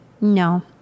No